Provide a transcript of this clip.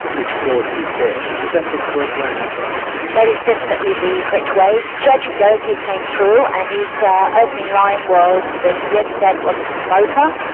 which caused his death is that the correct way of describing it? that is definitely the correct way. judge geraghty came through, and his so opening line was that yes, dad was a smoker,